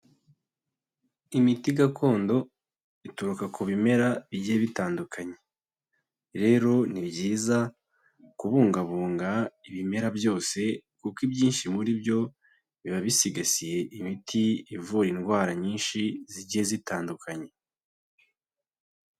Imiti gakondo ituruka ku bimera bigiye bitandukanye. Rero ni byiza kubungabunga ibimera byose, kuko ibyinshi muri byo, biba bisigasiye imiti ivura indwara nyinshi, zigiye zitandukanye.